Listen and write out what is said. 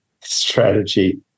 strategy